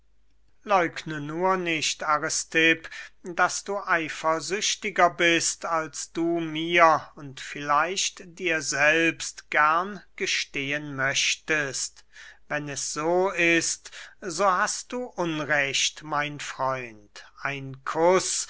läugne nur nicht aristipp daß du eifersüchtiger bist als du mir und vielleicht dir selbst gern gestehen möchtest wenn es so ist so hast du unrecht mein freund ein kuß